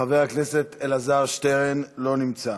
חבר הכנסת אלעזר שטרן, לא נמצא.